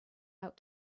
out